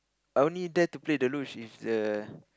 I only there to play the luge if the